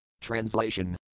Translation